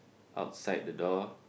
outside the door